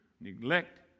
neglect